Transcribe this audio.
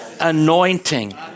anointing